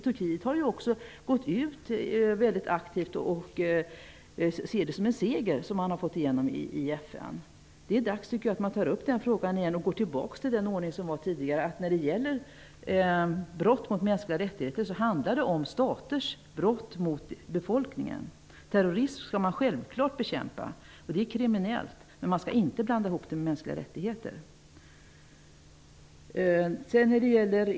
Turkiet har också gått ut väldigt aktivt och ser det som en seger att ha fått igenom resolutionen i FN. Jag tycker att det är dags att ta upp den frågan igen och gå tillbaks till den ordning som rådde tidigare, dvs. att brott mot mänskliga rättigheter handlar om staters brott mot befolkningen. Terrorism skall man självfallet bekämpa. Det är kriminellt. Men man skall inte blanda ihop det med mänskliga rättigheter.